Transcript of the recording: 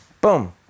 boom